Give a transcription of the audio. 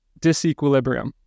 disequilibrium